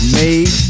made